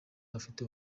bafite